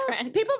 people